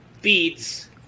beats